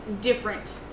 different